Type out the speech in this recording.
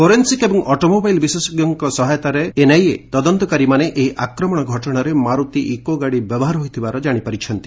forensic ଏବଂ automobile ବିଶେଷଜ୍ଞଙ୍କ ସହାୟତାରେ ଏନ୍ଆଇଏ ତଦନ୍ତକାରୀମାନେ ଏହି ଆକ୍ରମଣ ଘଟଣାରେ ମାରୁତି ଇକୋ ଗାଡ଼ି ବ୍ୟବହାର ହୋଇଥିବା ଜାଣିପାରିଛନ୍ତି